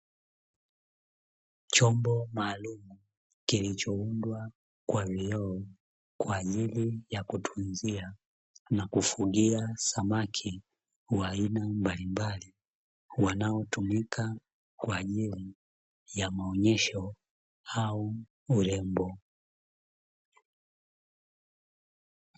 Chombo maalumu, kilichoundwa kwa vyoo kwa ajili ya kutunzia na kufugia samaki wa aina mbalimbali wanaotumika kwa ajili ya maonyesho au urembo.